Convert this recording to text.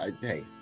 hey